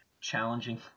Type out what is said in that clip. challenging